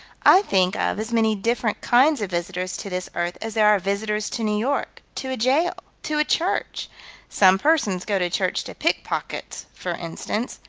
i think of as many different kinds of visitors to this earth as there are visitors to new york, to a jail, to a church some persons go to church to pick pockets, for instance.